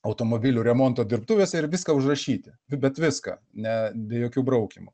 automobilių remonto dirbtuvėse ir viską užrašyti bet viską ne be jokių braukymų